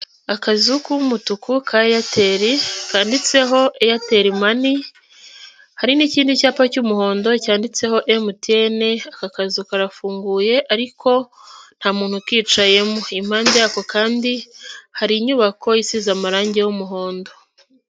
Akazu k'umutuku ka Airtel, kandiditseho airtel money, hari n'ikindi cyapa cy'umuhondo cyanditseho MTN, aka kazu karafunguye ariko nta muntu ukicayemo. Impande yako kandi hari inyubako isize amarangi y'umuhondo.